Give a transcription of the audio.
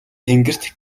тэнгэрт